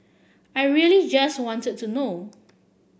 I really just wanted to know